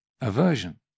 aversion